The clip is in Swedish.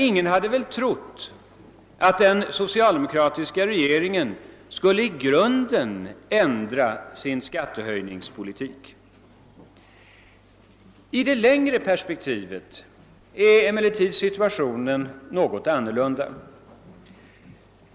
Ingen hade väl trott att den socialdemokratiska regeringen skulle i grunden ändra sin skattehöjningspolitik. I det längre perspektivet är emellertid situationen något annorlunda.